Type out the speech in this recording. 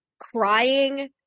crying